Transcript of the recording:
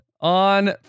On